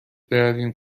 برویم